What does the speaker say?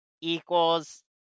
equals